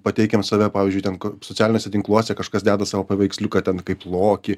pateikiam save pavyzdžiui ten ku socialiniuose tinkluose kažkas deda savo paveiksliuką ten kaip lokį